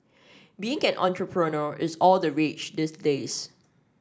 being an entrepreneur is all the rage these days